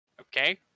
Okay